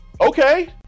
Okay